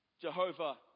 Jehovah